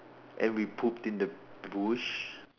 and we pooped in the bush